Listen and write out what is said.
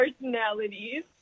Personalities